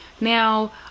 Now